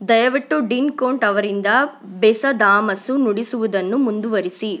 ದಯವಿಟ್ಟು ಡೀನ್ ಕೂಂಟ್ ಅವರಿಂದ ಬೆಸ ಧಾಮಸು ನುಡಿಸುವುದನ್ನು ಮುಂದುವರಿಸಿ